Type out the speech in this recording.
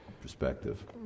perspective